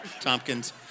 Tompkins